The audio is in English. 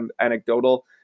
anecdotal